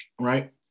right